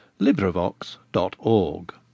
LibriVox.org